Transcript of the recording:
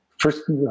first